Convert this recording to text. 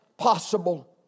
possible